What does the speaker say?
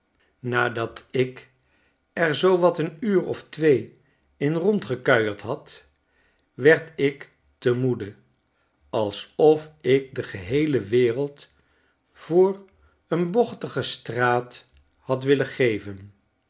nadat ik er zoo wat een uur of twee in rondgekuierd had werd ik te moede alsof ik de geheele wereld voor een bochtige straat had willen geven